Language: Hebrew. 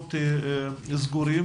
במעונות סגורים